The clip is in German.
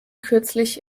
kürzlich